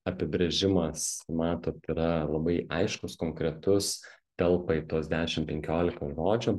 apibrėžimas matot yra labai aiškus konkretus telpa į tuos dešim penkiolika žodžių